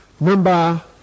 Remember